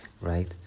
right